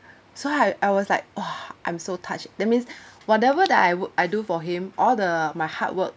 so I I was like !wah! I'm so touched that means whatever that I work I do for him all the my hard work